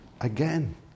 again